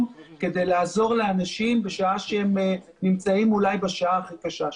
כדי לעזור לאנשים בשעה שהם אולי בשעה הכי קשה שלהם.